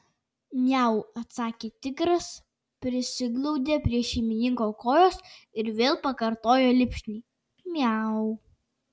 miau atsakė tigras prisiglaudė prie šeimininko kojos ir vėl pakartojo lipšniai miau